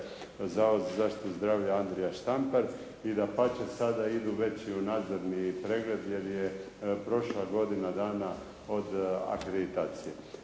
za zaštitu zdravlja "Andrija Štampar". I dapače, sada idu već i u nadzorni pregled, jer je prošla godina dana od akreditacije.